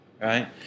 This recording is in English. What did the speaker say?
right